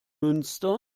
münster